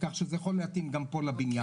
כך שזה יכול להתאים גם פה לבניין.